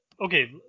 Okay